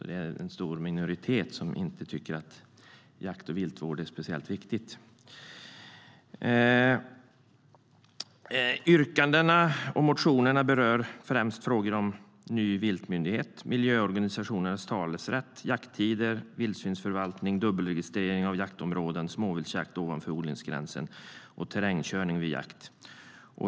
Det är alltså en påfallande liten del som inte tycker att jakt och viltvård är speciellt viktigt. Yrkandena och motionerna berör främst frågor om ny viltmyndighet, miljöorganisationernas talerätt, jakttider, vildsvinsförvaltning, dubbelregistrering av jaktområden, småviltsjakt ovanför odlingsgränsen och terrängkörning vid jakt.